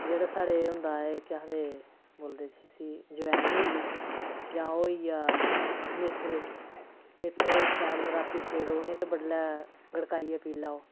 जेह्डे़ साढ़े एह् होंदा ऐ केह् आखदे केह् बोलदे अस इसी जवैन होई गेई जां ओह् होई गेआ मेथरे मेथरे शैल रातीं सेड़ो उ'नें ई ते बडलै गड़काइयै पी लैओ